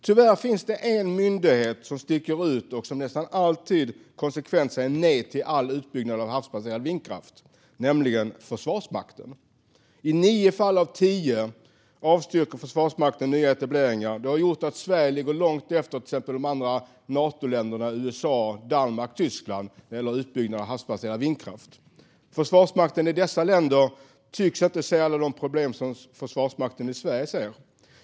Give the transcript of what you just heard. Tyvärr finns det en myndighet som sticker ut och som nästan alltid konsekvent säger nej till all utbyggnad av havsbaserad vindkraft, nämligen Försvarsmakten. I nio fall av tio avstyrker Försvarsmakten nya etableringar. Det har gjort att Sverige ligger långt efter till exempel Natoländerna USA, Danmark och Tyskland när det gäller utbyggnad av havsbaserad vindkraft. Försvarsmakten i dessa länder tycks inte se alla de problem som Försvarsmakten i Sverige ser.